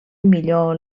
millor